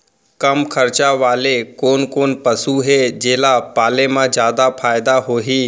कम खरचा वाले कोन कोन पसु हे जेला पाले म जादा फायदा होही?